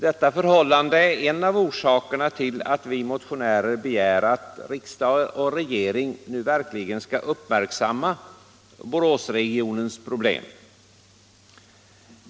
Detta förhållande är en av orsakerna till att vi motionärer begär att riksdag och regering nu verkligen skall uppmärksamma Boråsregionens problem.